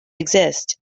exist